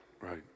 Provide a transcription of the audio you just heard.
Right